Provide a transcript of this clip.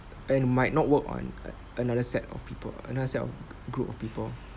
and might not work on another set of people another set of group of people